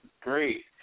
great